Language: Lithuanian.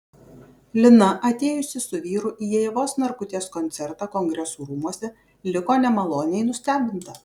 lina atėjusi su vyru į ievos narkutės koncertą kongresų rūmuose liko nemaloniai nustebinta